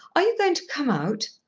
are you going to come out?